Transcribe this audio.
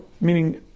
meaning